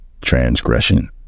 transgression